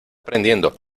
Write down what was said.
prendiendo